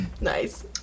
Nice